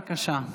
בבקשה.